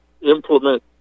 implement